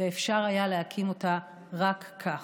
ואפשר היה להקים אותה רק כך".